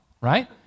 right